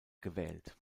gewählt